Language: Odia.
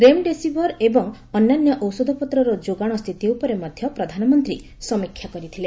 ରେମଡେସିଭିର୍ ଏବଂ ଅନ୍ୟାନ୍ୟ ଔଷଧପତ୍ର ଯୋଗାଣ ସ୍ଥିତି ଉପରେ ମଧ୍ୟ ପ୍ରଧାନମନ୍ତ୍ରୀ ସମୀକ୍ଷା କରିଥିଲେ